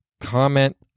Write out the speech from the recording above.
comment